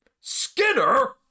Skinner